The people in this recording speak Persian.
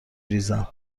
ریزم